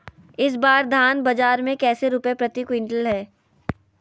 इस बार धान बाजार मे कैसे रुपए प्रति क्विंटल है?